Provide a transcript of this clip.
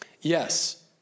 Yes